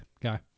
guy